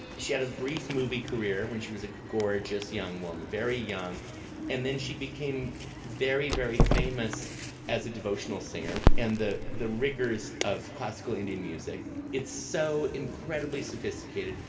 she had a brief movie career when she was a gorgeous young woman very young and then she became very very famous as a devotional singer and the the rigors of classical indian music. it's so incredibly sophisticated.